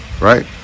right